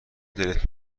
دلت